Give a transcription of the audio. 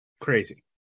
Crazy